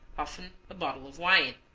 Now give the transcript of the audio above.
often a bottle of wine.